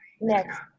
next